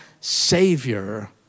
Savior